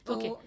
Okay